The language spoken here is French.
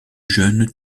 jeune